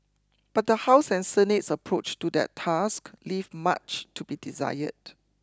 but the House and Senate's approach to that task leave much to be desired